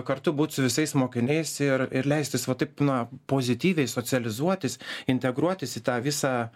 kartu būt su visais mokiniais ir ir leistis va taip na pozityviai socializuotis integruotis į tą visą